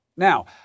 Now